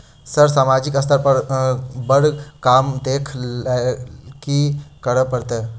Sir सामाजिक स्तर पर बर काम देख लैलकी करऽ परतै?